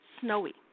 snowy